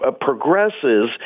Progresses